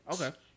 Okay